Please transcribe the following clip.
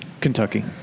Kentucky